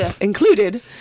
included